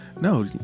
No